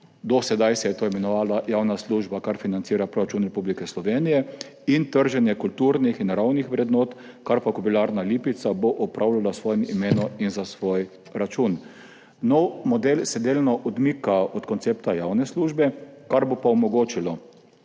Do sedaj se je to imenovalo javna služba, kar financira proračun Republike Slovenije, in trženje kulturnih in naravnih vrednot, kar pa bo Kobilarna Lipica opravljala v svojem imenu in za svoj račun. Nov model se delno odmika od koncepta javne službe, kar pa bo omogočilo,